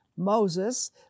Moses